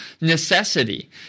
necessity